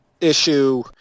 issue